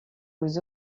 aux